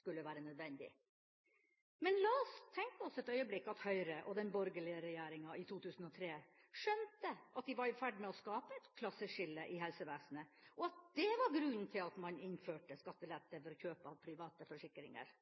skulle være nødvendig. Men la oss tenke oss et øyeblikk at Høyre og den borgerlige regjeringa i 2003 skjønte at de var i ferd med å skape et klasseskille i helsevesenet, og at det var grunnen til at man innførte skattelette for kjøp av private forsikringer.